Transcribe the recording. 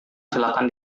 silakan